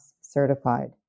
certified